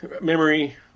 memory